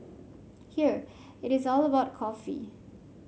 here it is all about coffee